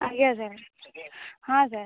ଆଜ୍ଞା ସାର୍ ହଁ ସାର୍